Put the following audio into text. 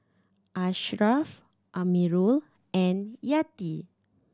Ashraff Amirul and Yati